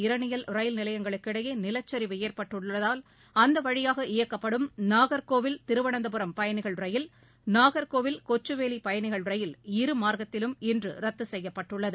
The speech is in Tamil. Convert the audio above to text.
இரணியல் ரயில் நிலையங்களுக்கிடையே நிலச்சிவு ஏற்பட்டுள்ளதால் அந்த வழியாக இயக்கப்படும் நாகர்கோவில் திருவனந்தபுரம் பயணிகள் ரயில் நாகங்கோவில் கொச்சுவேலி பயணிகள் ரயில் இருமார்க்த்திலும் இன்று ரத்து செய்யப்பட்டுள்ளது